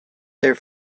there